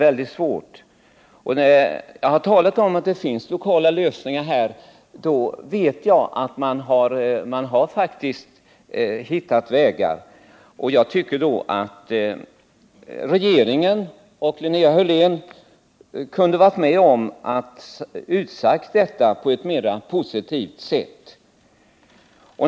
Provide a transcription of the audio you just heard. Jag har talat om lokala lösningar och vet att man faktiskt har hittat vägar. Därför kunde, enligt min mening, regeringen och Linnea Hörlén ha visat sig mera positiva.